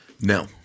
No